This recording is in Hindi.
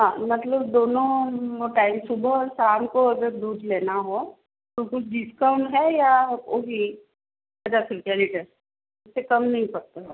हाँ मतलब दोनों टाइम सुबह शाम को अगर दूध लेना हो तो कुछ डिस्काउंट है या वो ही पचास रुपया लीटर इससे कम नहीं करते हो आप